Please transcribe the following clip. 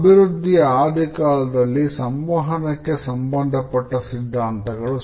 ಅಭಿವೃದ್ಧಿಯ ಆದಿ ಕಾಲದಲ್ಲಿ ಸಂವಹನಕ್ಕೆ ಸಂಬಂಧ ಪಟ್ಟ ಸಿದ್ಧಾಂತಗಳು ಸಿ